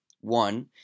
One